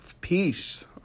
peace